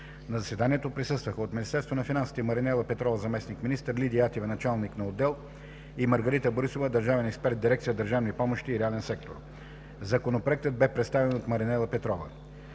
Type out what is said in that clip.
На заседанието присъстваха от Министерство на финансите: Маринела Петрова – заместник-министър, Лидия Атева – началник на отдел, и Маргарита Борисова – държавен експерт в дирекция „Държавни помощи и реален сектор”. Законопроектът бе представен от Маринела Петрова.